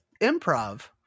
improv